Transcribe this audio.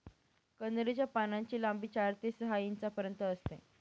कन्हेरी च्या पानांची लांबी चार ते सहा इंचापर्यंत असते